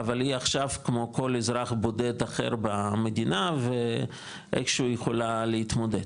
אבל היא עכשיו כמו כל אזרח בודד אחר במדינה ואיכשהו היא יכולה להתמודד,